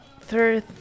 third